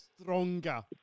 Stronger